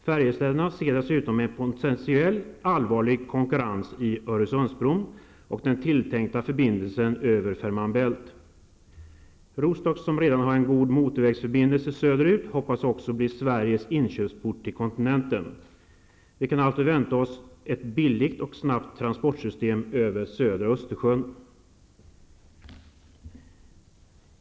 Färjestäderna ser dessutom en potentiellt allvarlig konkurrens i Öresundsbron och den tilltänkta förbindelsen över Fermanbelt. Rostock, som redan har god motorvägsförbindelse söderut, hoppas också bli Sveriges inkörsport till kontinenten. Vi kan alltså vänta oss ett billigt och snabbt transportsystem över södra Östersjön.